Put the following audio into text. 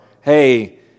hey